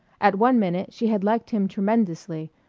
at one minute she had liked him tremendously